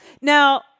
now